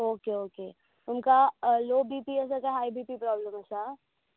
okay okay तुमकां लो B P आसा काय हाय बी पी प्रॉब्लम आसा